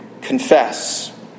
Confess